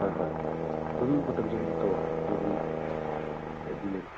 ꯍꯣꯏ ꯍꯣꯏ ꯑꯗꯨꯝ ꯃꯇꯝ ꯆꯨꯞꯄꯗ ꯇꯧꯔꯛꯑꯣ ꯑꯩ ꯑꯗꯨꯝ ꯔꯦꯗꯤ ꯂꯩ